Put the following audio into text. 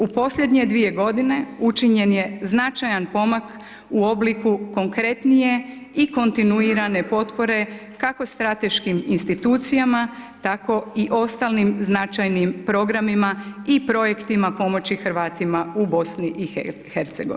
U posljednje 2 g. učinjen je značajan pomak u obliku konkretnije i kontinuirane potpore kako strateškim institucijama, tako i ostalim značajnim programima i projektima pomoći Hrvatima u BIH.